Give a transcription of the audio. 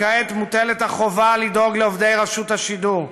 וכעת מוטלת החובה לדאוג לעובדי רשות השידור.